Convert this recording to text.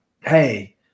hey